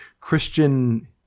Christian